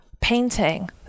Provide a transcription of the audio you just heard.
painting